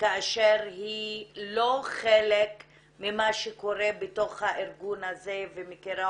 כאשר היא לא חלק ממה שקורה בתוך הארגון הזה ומכירה